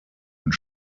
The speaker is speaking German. und